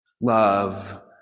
Love